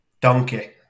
Donkey